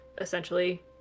essentially